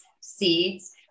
seeds